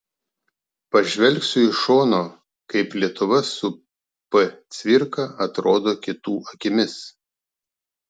pažvelgsiu iš šono kaip lietuva su p cvirka atrodo kitų akimis